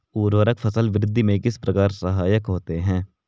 उर्वरक फसल वृद्धि में किस प्रकार सहायक होते हैं?